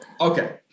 Okay